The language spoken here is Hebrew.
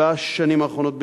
בשנים האחרונות,